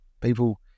People